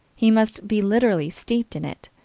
he must be literally steeped in it.